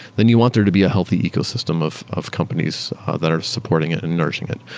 then you want there to be a healthy ecosystem of of companies that are supporting it and nourishing it.